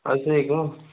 असं आहे का